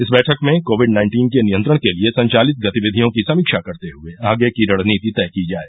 इस बैठक में कोविड नाइन्टीन के नियंत्रण के लिये संचालित गतिविधियों की समीक्षा करते हये आगे की रणनीति तय की जाय